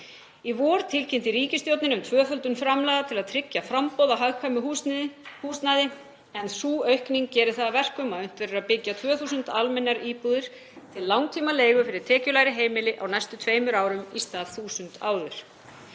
Í vor tilkynnti ríkisstjórnin um tvöföldun framlaga til að tryggja framboð á hagkvæmu húsnæði en sú aukning gerir það að verkum að unnt verður að byggja 2.000 almennar íbúðir til langtímaleigu fyrir tekjulægri heimili á næstu tveimur árum í stað 1.000 áður.